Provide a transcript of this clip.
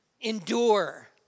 Endure